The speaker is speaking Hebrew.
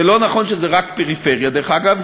זה לא נכון שזה רק פריפריה, דרך אגב.